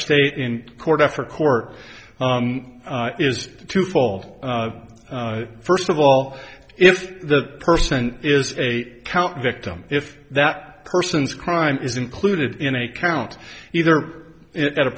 state in court after court is twofold first of all if the person is a count victim if that person is crime is included in a count either it a